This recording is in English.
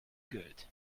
good